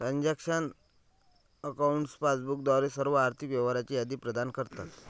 transaction accounts passbook द्वारे सर्व आर्थिक व्यवहारांची यादी प्रदान करतात